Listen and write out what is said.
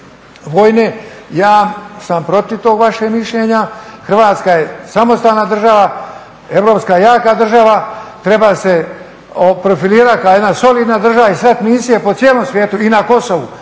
vojne, ja sam protiv tog vašeg mišljenja, Hrvatska je samostalna država, europska jaka država, treba se profilirati kao jedna solidna država i slati misije po cijelom svijetu i na Kosovu.